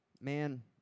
man